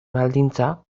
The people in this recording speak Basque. baldintza